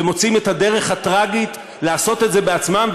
ומוצאים את הדרך הטרגית לעשות את זה בעצמם,